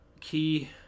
key